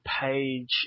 page